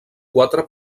quatre